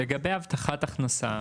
לגבי הבטחת הכנסה.